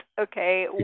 okay